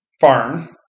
farm